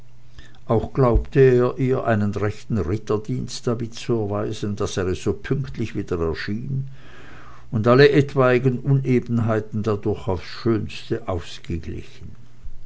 auch glaubte er ihr einen rechten ritterdienst damit zu erweisen daß er so pünktlich wieder erschien und alle etwaigen unebenheiten dadurch aufs schönste ausgeglichen